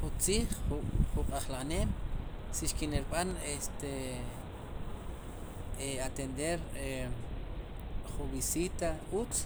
Ju tziij jun jun q'ajla'neem xkin rb'an este atender e jun visita utz